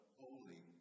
holy